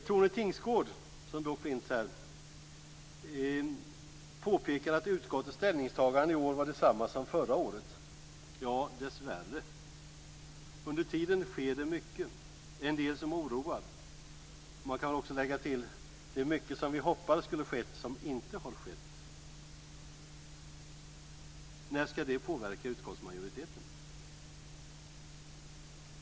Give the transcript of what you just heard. Tone Tingsgård, som dock finns här, påpekade att utskottets ställningstagande i år var detsamma som förra året. Ja, dessvärre. Under tiden sker det mycket - en del som oroar. Man kan också lägga till: Det är mycket som vi hoppades skulle ske som inte har skett. När skall det påverka utskottsmajoriteten?